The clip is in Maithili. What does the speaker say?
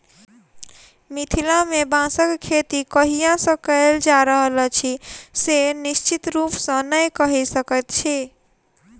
मिथिला मे बाँसक खेती कहिया सॅ कयल जा रहल अछि से निश्चित रूपसॅ नै कहि सकैत छी